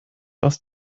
aus